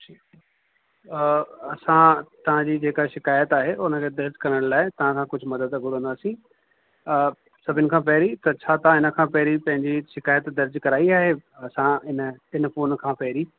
ठीकु आहे असां तव्हांजी जेका शिकाइत आहे हुनखे दर्ज़ु करण लाइ तव्हांखां कुझु मदद घुरंदासीं सभिनि खां पहिरीं त छा तव्हां हिनखां पहिरीं पंहिंजी शिकाइति दर्ज़ु कराई आहे असां इन इन फ़ोन खां पहिरीं